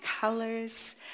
colors